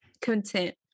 content